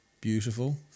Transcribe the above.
Beautiful